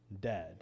dead